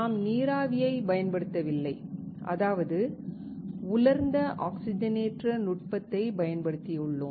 நாம் நீராவியைப் பயன்படுத்தவில்லை அதாவது உலர்ந்த ஆக்ஸிஜனேற்ற நுட்பத்தைப் பயன்படுத்தியுள்ளோம்